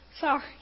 Sorry